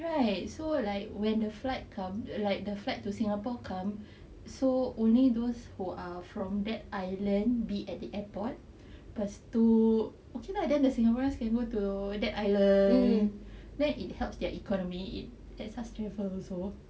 right so like when the flight come like the flight to singapore come so only those who are from that island be at the airport cause to okay lah then the singaporeans can go to that island then it helps their economy it sustained from also